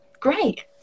great